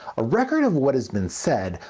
a record of what has been said,